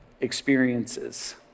experiences